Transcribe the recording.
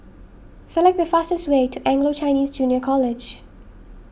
select the fastest way to Anglo Chinese Junior College